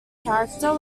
character